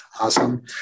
Awesome